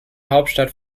hauptstadt